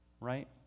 right